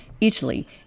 Italy